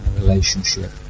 Relationship